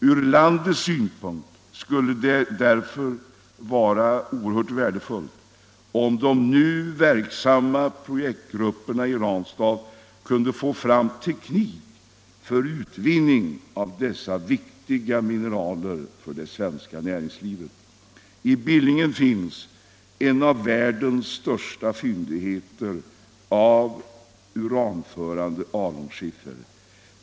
Ur landets synpunkt skulle det därför vara värdefullt om de nu verksamma projektgrupperna i Ranstad kunde få fram teknik för utvinning av dessa för det svenska näringslivet så viktiga mineraler. I Billingen finns en av världens största fyndigheter av uranförande alunskiffer.